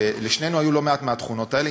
ולשנינו היו לא מעט מהתכונות האלה,